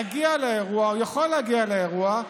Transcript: מגיע לאירוע או יכול להגיע לאירוע,